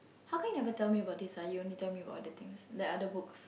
how come you never tell me about this ah you only tell me about other things like other books